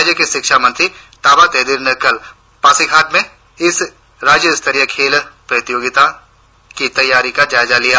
राज्य के शिक्षा मंत्री ताबा तेदिर ने कल पासीघाट में इस राज्य स्तरीय खेल प्रतियोगिता की तैयारियों का जायजा लिया